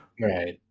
Right